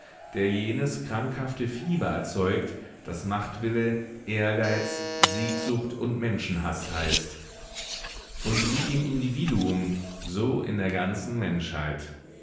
der jenes krankhafte fieber erzeugt das machtwille ehrgeiz siegsucht und menschenhaß heißt und wie im individuum so in der ganzen menschheit